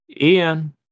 Ian